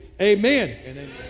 Amen